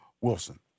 Wilson